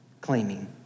claiming